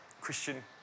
Christian